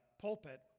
pulpit